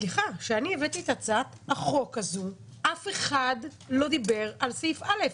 כשהבאתי את הצעת החוק הזאת אף אחד לא דיבר על סעיף א'.